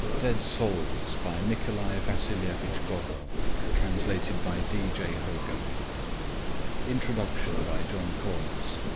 dead souls by nikolai vasilievich gogol translated by d. j. hogarth introduction by john cournos